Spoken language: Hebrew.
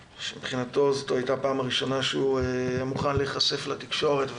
שמבחינתו זאת הייתה הפעם הראשונה שהוא מוכן להיחשף לתקשורת,